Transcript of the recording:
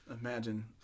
imagine